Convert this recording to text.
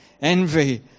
Envy